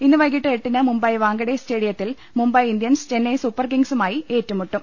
ഇന്ന് വൈകീട്ട് എട്ടിന് മുംബൈ വാങ്കഡേ സ്റ്റേഡിയത്തിൽ മുംബൈ ഇന്ത്യൻസ് ചെന്നൈ സൂപ്പർ കിംഗ്സുമായി ഏറ്റുമുട്ടും